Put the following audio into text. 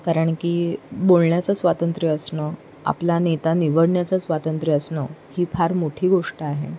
कारण की बोलण्याचं स्वातंत्र्य असणं आपला नेता निवडण्याचं स्वातंत्र्य असणं ही फार मोठी गोष्ट आहे